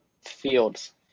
Fields